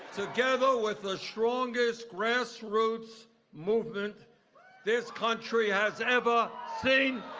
together, with the strongest grassroots movement this country has ever seen,